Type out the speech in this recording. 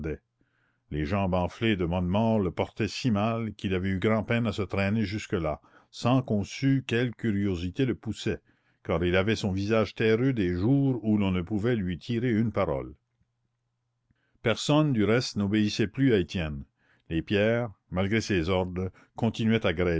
les jambes enflées de bonnemort le portaient si mal qu'il avait eu grand-peine à se traîner jusque-là sans qu'on sût quelle curiosité le poussait car il avait son visage terreux des jours où l'on ne pouvait lui tirer une parole personne du reste n'obéissait plus à étienne les pierres malgré ses ordres continuaient à